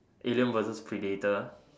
alien versus predator